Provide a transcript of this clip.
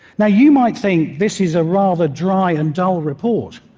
now, you might think this is a rather dry and dull report.